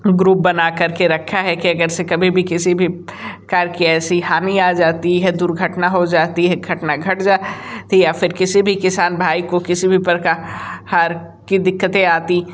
group बना कर के रखा है कि अगर से कभी भी किसी भी कार की ऐसी हानि आ जाती है दुर्घटना हो जाती है घटना घट जा ती या फिर किसी भी किसान भाई को किसी भी प्रकार की दिक्कतें आती